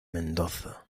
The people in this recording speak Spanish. mendoza